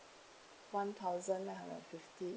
one thousand nine hundred and fifty